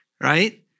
right